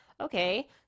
Okay